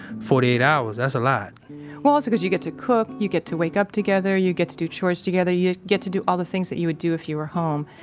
forty eight hours, that's a lot well, also because you get to cook. you get to wake up together. you get to do chores together. you get to do all the things that you would do if you were home,